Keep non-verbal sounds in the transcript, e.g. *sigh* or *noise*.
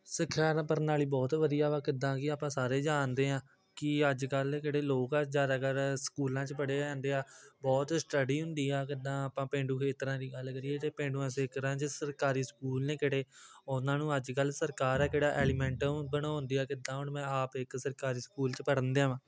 ਸਿੱਖਿਆ ਦਾ ਪ੍ਰਣਾਲੀ ਬਹੁਤ ਵਧੀਆ ਵਾ ਕਿੱਦਾਂ ਕਿ ਆਪਾਂ ਸਾਰੇ ਜਾਣਦੇ ਹਾਂ ਕਿ ਅੱਜ ਕੱਲ੍ਹ ਕਿਹੜੇ ਲੋਕ ਆ ਜ਼ਿਆਦਾਤਰ ਸਕੂਲਾਂ 'ਚ ਪੜ੍ਹੇ ਜਾਂਦੇ ਆ ਬਹੁਤ ਸਟੱਡੀ ਹੁੰਦੀ ਆ ਕਿੱਦਾਂ ਆਪਾਂ ਪੇਂਡੂ ਖੇਤਰਾਂ ਦੀ ਗੱਲ ਕਰੀਏ ਜੇ ਪੇਂਡੂਆਂ *unintelligible* ਤਰ੍ਹਾਂ ਜੇ ਸਰਕਾਰੀ ਸਕੂਲ ਨੇ ਕਿਹੜੇ ਉਹਨਾਂ ਨੂੰ ਅੱਜ ਕੱਲ੍ਹ ਸਰਕਾਰ ਹੈ ਕਿਹੜਾ ਐਲੀਮੈਂਟ ਬਣਾਉਣ ਦੀ ਆ ਕਿੱਦਾਂ ਹੁਣ ਮੈਂ ਆਪ ਇੱਕ ਸਰਕਾਰੀ ਸਕੂਲ 'ਚ ਪੜ੍ਹਣ ਦਿਆਂਵਾਂ